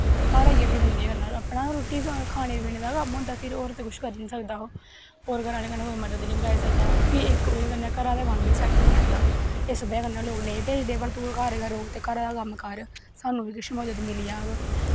घर आइयै फिर उ'नें केह् करना अपना रूट्टी खाने पीने दा गै कम्म होंदा ते होर तां कुछ करी निं सकदा ओह् होर घर आह्ले कन्नै कुछ मदद निं कराई सकदा फ्ही ओह् कन्नै घरा दा कम्म बी सैट्ट निं आंदा इस बजह कन्नै लोग नेईं भेजदे बोलदे घर गै रोह् ते घरै दी सानूं बी किश मदद मिली जा